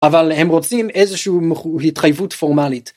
אבל הם רוצים איזושהי התחייבות פורמלית.